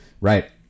Right